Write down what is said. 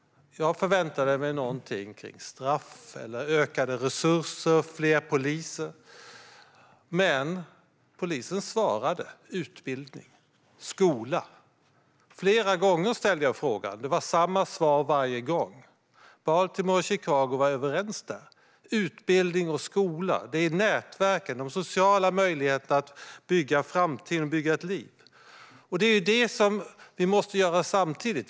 Jag förväntade mig någonting som handlade om straff, ökade resurser eller fler poliser, men svaret jag fick var: utbildning och skola. Flera gånger ställde jag frågan, och svaret var detsamma varje gång. Baltimore och Chicago var överens på den punkten: Det viktigaste är utbildning och skola. Det är nätverken - de sociala möjligheterna att bygga en framtid och ett liv. Och det är detta vi måste göra samtidigt.